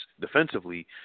defensively